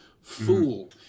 fool